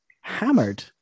hammered